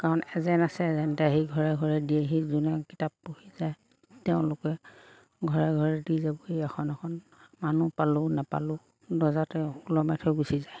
কাৰণ এজেণ্ট আছে এজেণ্টে আহি ঘৰে ঘৰে দিয়েহি যোনে কিতাপ পঢ়ি যায় তেওঁলোকে ঘৰে ঘৰে দি যাবহি এখন এখন মানুহ পালোঁ নাপালোঁ দৰ্জাতে ওলমাই থৈ গুচি যায়